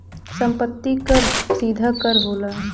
सम्पति कर सीधा कर होला